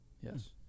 Yes